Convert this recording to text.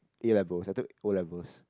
A-levels I took O-levels